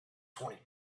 twenty